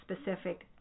specific